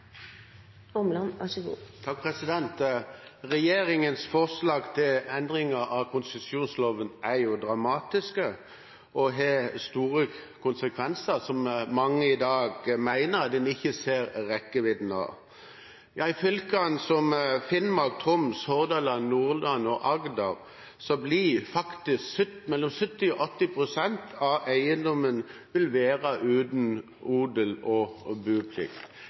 dramatiske og har store konsekvenser, som mange i dag mener at man ikke ser rekkevidden av. I fylker som Finnmark, Troms, Hordaland, Nordland og Agder vil faktisk mellom 70 og 80 pst. av eiendommene være uten odel og boplikt. Det er noe som har store konsekvenser for bosettingen og